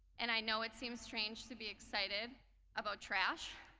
and i know it seems strange to be excited about trash.